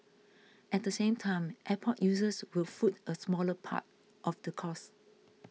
at the same time airport users will foot a smaller part of the cost